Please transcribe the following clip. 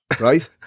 right